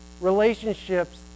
relationships